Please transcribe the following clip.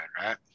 right